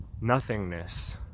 nothingness